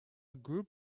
group